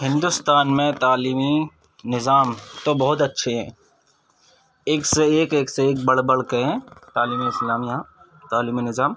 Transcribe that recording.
ہندوستان میں تعلیمی نظام تو بہت اچّھے ہیں ایک سے ایک ایک سے ایک بڑھ بڑھ كے ہیں تعلیمِ اسلام یہاں تعلیمی نظام